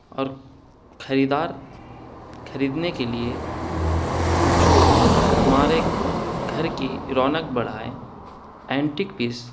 اور خریدار خریدنے کے لیے جو ہمارے گھر کی رونق بڑھائے اینٹک پیس